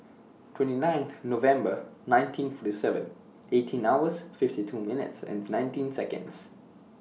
twenty ninth November nineteen forty seven eighteen hours fifty two minutes and nineteen Seconds